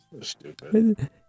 Stupid